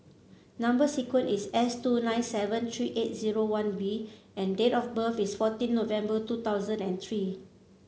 number sequence is S two nine seven three eight zero one B and date of birth is fourteen November two thousand and three